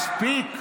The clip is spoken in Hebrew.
מספיק.